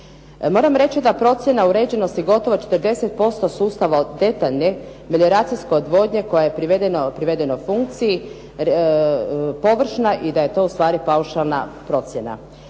Moram reći da procjena uređenosti je gotovo 40% sustava od detaljne melioracijske odvodnje koje je privedeno funkciji, površina, i da je to ustvari paušalna procjena.